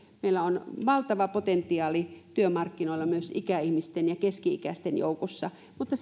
meillä on valtava potentiaali työmarkkinoilla myös ikäihmisten ja keski ikäisten joukossa mutta